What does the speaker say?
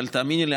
אבל תאמיני לי,